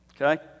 Okay